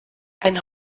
ein